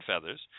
feathers